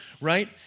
right